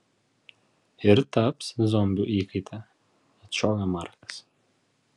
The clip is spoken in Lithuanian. ir taps zombių įkaite atšovė markas